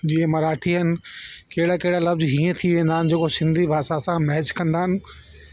जीअं मराठी आहिनि कहिड़ा कहिड़ा लफ़्ज हीअं थी वेंदा आहिनि जेको सिंधी भाषा सां मैच कंदा आहिनि